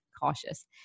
cautious